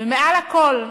ומעל הכול,